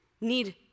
need